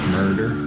murder